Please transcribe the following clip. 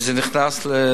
זה הפך עובדה.